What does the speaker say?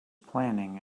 planning